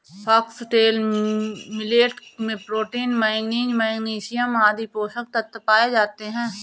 foxtail millet में protein, manganese, magnesium आदि पोषक तत्व पाए जाते है